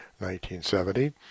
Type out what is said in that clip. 1970